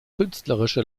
künstlerische